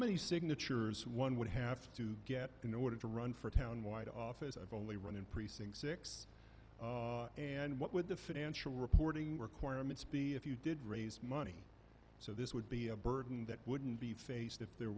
many signatures one would have to get in order to run for town wide office i've only run in precinct six and what would the financial reporting requirements be if you did raise money so this would be a burden that wouldn't be faced if there